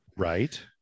Right